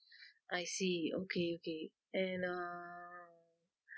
I see okay okay and uh